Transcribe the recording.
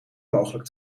mogelijk